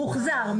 מוחזר,